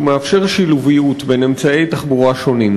מאפשר שילוביות בין אמצעי תחבורה שונים,